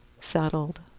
settled